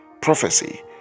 prophecy